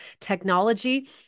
technology